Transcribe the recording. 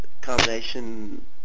combination